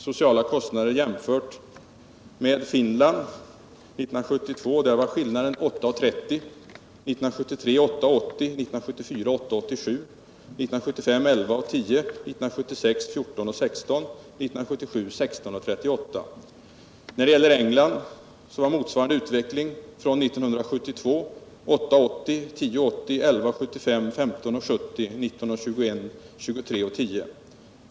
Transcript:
sociala kostnader mellan Sverige och Finland var 1972 8:30 kr., 1973 8:80 kr., 1974 8:87 kr., 1975 11:10 kr., 1976 14:16 kr. och 1977 16:38 kr. När det gäller England var motsvarande utveckling från 1972 8:80 kr., 10:80 kr., 11:75 kr., 15:70 kr., 19:21 kr. och 23:10 kr.